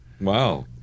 Wow